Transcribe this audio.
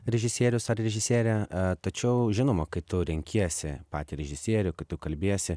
režisierius ar režisierė tačiau žinoma kai tu renkiesi patį režisierių kai tu kalbiesi